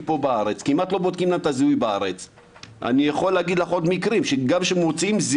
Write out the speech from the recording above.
אז כולם הביאו את הכלים שלא בודקים שום